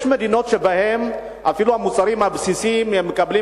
יש מדינות שבהן המוצרים הבסיסיים מקבלים